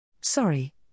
Sorry